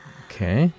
okay